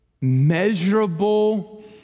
measurable